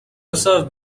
reserve